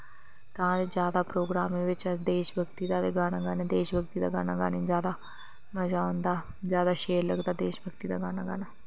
तां गै जादै प्रोग्राम च देश भगती दा गै गाना गाने देश भगती दा गाना गाने जादा मज़ा औंदा ते जादै शैल लगदा देश भगती दा गाना गाना